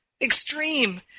extreme